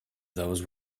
those